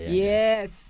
yes，